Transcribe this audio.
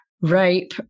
rape